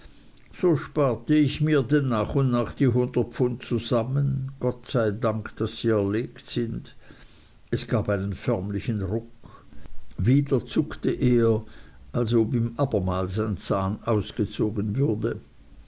so sparte ich mir denn nach und nach die hundert pfund zusammen gott sei dank daß sie erlegt sind es gab einen förmlichen ruck wieder zuckte er als ob ihm abermals ein zahn ausgezogen würde